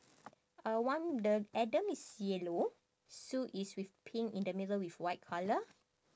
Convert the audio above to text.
uh one the adam is yellow sue is with pink in the middle with white colour